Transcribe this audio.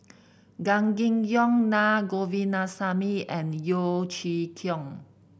Gan Kim Yong Naa Govindasamy and Yeo Chee Kiong